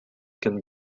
can